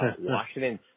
Washington